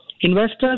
investors